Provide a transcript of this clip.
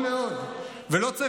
מדינאות לא נועדה לחודשיים.